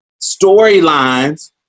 storylines